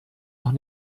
noch